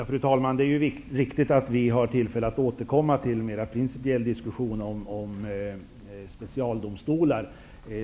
Fru talman! Det är riktigt att vi får tillfälle att få återkomma till en mer principiell diskussion om specialdomstolarna.